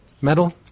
Metal